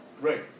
Great